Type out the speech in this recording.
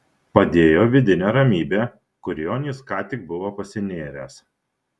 padėjo vidinė ramybė kurion jis ką tik buvo pasinėręs